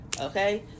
okay